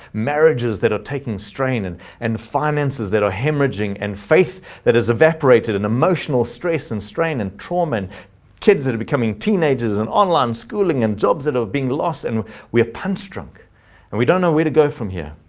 marriages that are taking strain and, and finances that are hemorrhaging and faith that has evaporated and emotional stress and strain and trauma and kids that are becoming teenagers and online schooling and jobs that are being lost, and we are punchdrunk and we don't know where to go from here.